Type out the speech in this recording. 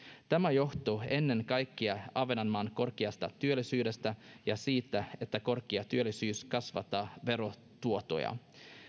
tämä johtuu ennen kaikkea ahvenmaan korkeasta työllisyydestä ja siitä että korkea työllisyys kasvattaa verotuottoja